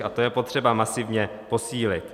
A to je potřeba masivně posílit.